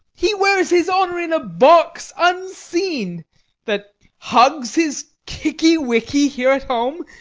he wears his honour in a box unseen that hugs his kicky-wicky here at home,